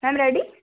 ma'am ready